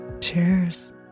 Cheers